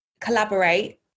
collaborate